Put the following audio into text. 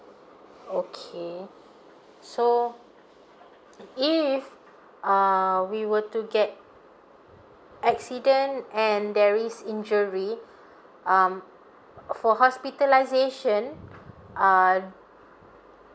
okay so if uh we were to get accident and there is injury um for hospitalisation err